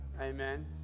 Amen